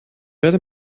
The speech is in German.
werde